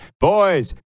Boys